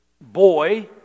boy